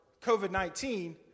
COVID-19